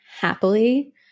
happily